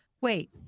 wait